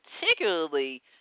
particularly